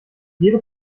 jede